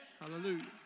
Hallelujah